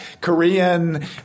Korean